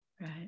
Right